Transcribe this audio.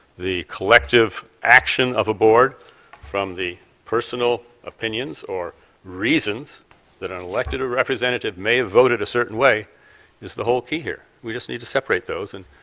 the collective action of a board from personal opinions or reasons that an elected representative may have voted a certain way is the whole key here. we need to separate those. and